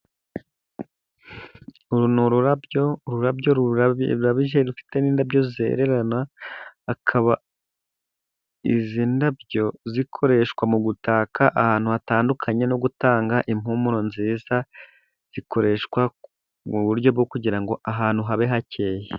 Uru ni ururabyo. Ururabyo rurabije rufitemo indabyo zererana, izi ndabyo zikoreshwa mu gutaka ahantu hatandukanye no gutanga impumuro nziza. Zikoreshwa mu buryo bwo kugirango ahantu habe hakeye